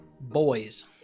Boys